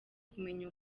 kumenya